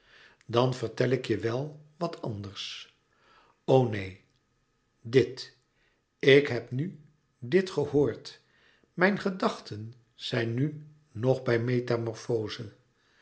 dan vertel ik je wel wat anders o neen dit ik heb nu dit gehoord mijn gedachten zijn nu nog bij